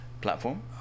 platform